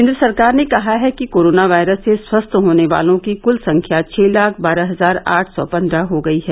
केन्द्र सरकार ने कहा है कि कोरोना वायरस से स्वस्थ होने वालों की क्ल संख्या छह लाख बारह हजार आठ सौ पन्द्रह हो गई है